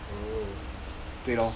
oh